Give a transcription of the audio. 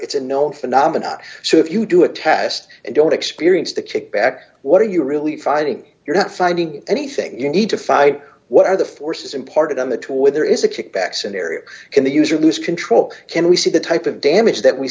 it's a known phenomena so if you do a test and don't experience the kick back what are you really fighting you're not finding anything you need to fight what are the forces imparted on the two with there is a kickback scenario can the user lose control can we see the type of damage that we